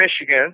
Michigan